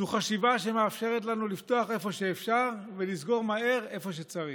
זו חשיבה שמאפשרת לנו לפתוח איפה שאפשר ולסגור מהר איפה שצריך.